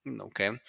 Okay